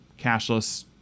cashless